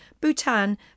Bhutan